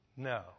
No